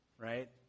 right